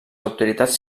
autoritats